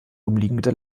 umliegende